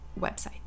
website